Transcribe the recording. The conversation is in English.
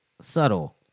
subtle